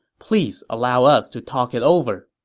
please allow us to talk it over.